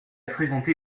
fréquenté